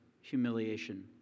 humiliation